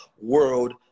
world